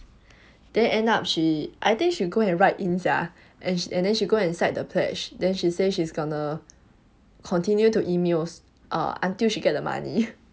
they end up she I think she go and write in sia and and then she go recite the pledge then she say she's gonna continue to emails ah until she get the money